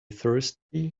thursday